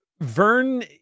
Vern